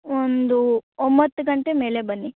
ಒಂದು ಒಂಬತ್ತು ಗಂಟೆ ಮೇಲೆ ಬನ್ನಿ